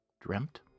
dreamt